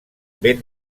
ben